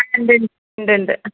ഉണ്ട് ഉണ്ട് ഉണ്ട്